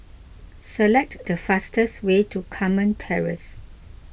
select the fastest way to Carmen Terrace